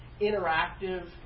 interactive